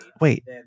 Wait